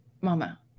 mama